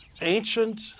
ancient